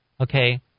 Okay